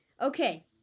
Okay